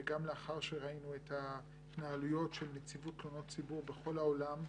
וגם לאחר שראינו את ההתנהלויות של נציבות תלונות ציבור בכל העולם,